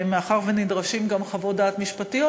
מאחר שנדרשות גם חוות דעת משפטיות,